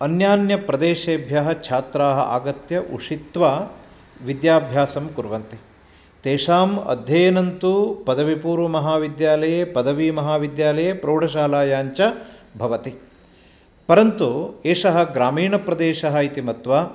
अन्यान्यप्रदेशेभ्यः छात्राः आगत्य उषित्वा विद्याभ्यासं कुर्वन्ति तेषाम् अध्ययनं तु पदविपूर्वमहाविद्यालये पदवीमहाविद्यालये प्रौढशालायां च भवति परन्तु एषः ग्रामीणप्रदेशः इति मत्वा